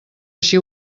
així